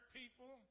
people